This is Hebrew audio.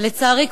לצערי,